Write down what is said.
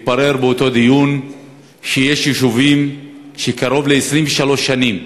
באותו דיון התברר שיש יישובים שקרוב ל-23 שנים